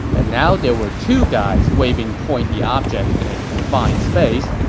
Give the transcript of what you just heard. and now there were two guys waving pointy objects in a confined space,